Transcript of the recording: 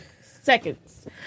seconds